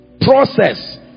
Process